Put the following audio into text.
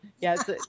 Yes